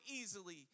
easily